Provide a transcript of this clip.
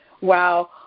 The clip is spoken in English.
Wow